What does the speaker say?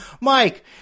Mike